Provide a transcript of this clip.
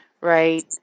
right